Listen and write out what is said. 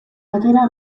batera